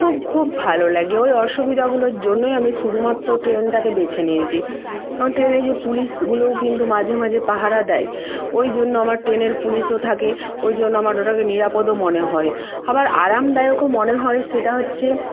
খুব খুব ভালো লাগে ওই অসুবিধাগুলোর জন্যই আমি শুধুমাত্ত ট্রেনটাকে বেছে নিয়েছি কারণ ট্রেনে যে পুলিশগুলোও কিন্তু মাঝে মাঝে পাহারা দেয় ওই জন্য আমার টেনের পুলিশও থাকে ওই জন্য আমার ওটাকে নিরাপদও মনে হয় আবার আরামদায়কও মনে হয় সেটা হচ্ছে